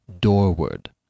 doorward